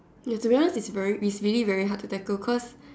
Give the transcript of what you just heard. yes turbulence is very really very hard to tackle cause